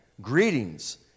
Greetings